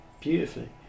beautifully